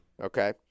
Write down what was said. Okay